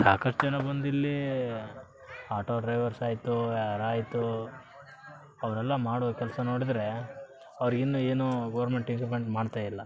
ಸಾಕಷ್ಟು ಜನ ಬಂದು ಇಲ್ಲಿ ಆಟೋ ಡ್ರೈವರ್ಸ್ ಆಯಿತು ಅದಾಯಿತು ಅವರೆಲ್ಲ ಮಾಡೋ ಕೆಲಸ ನೋಡಿದರೆ ಅವ್ರಿಗಿನ್ನು ಏನು ಗೌರ್ಮೆಂಟ್ ಮಾಡ್ತಾ ಇಲ್ಲ